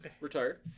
Retired